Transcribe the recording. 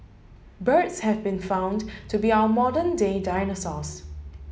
birds have been found to be our modern day dinosaurs